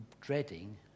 dreading